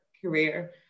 career